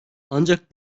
ancak